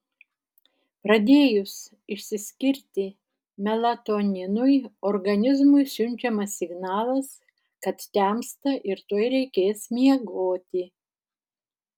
pradėjus išsiskirti melatoninui organizmui siunčiamas signalas kad temsta ir tuoj reikės miegoti